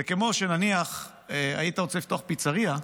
זה כמו שנניח שהיית רוצה לפתוח פיצרייה,